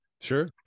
sure